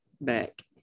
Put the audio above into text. back